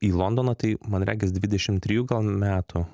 į londoną tai man regis dvidešim trijų metų